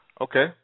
Okay